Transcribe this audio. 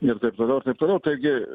ir taip toliau ir taip toliau taigi